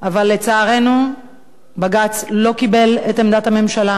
אבל לצערנו בג"ץ לא קיבל את עמדת הממשלה,